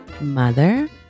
mother